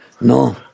No